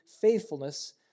faithfulness